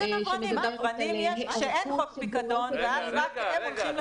נברנים יש כשאין חוק פיקדון ואז הם הולכים לחפש בזבל.